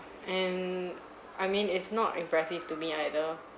and I mean it's not impressive to me either